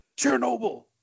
Chernobyl